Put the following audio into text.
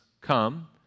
come